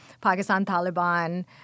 Pakistan-Taliban